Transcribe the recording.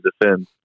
defend